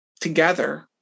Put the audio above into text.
together